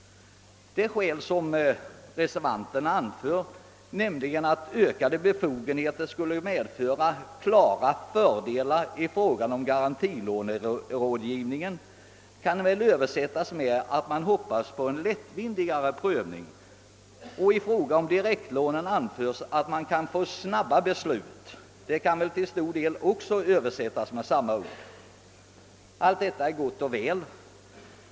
Det skäl som reservanterna anfört, nämligen att ökade befogenheter skulle medföra klara fördelar i fråga om garantilånerådgivningen, kan väl översättas med att man hoppas på »en lättvindigare prövning». Beträffande direktlånen anförs att det kan bli snabba be slut, och detta kan nog till stor del översättas med samma ord. Allt detta är gott och väl.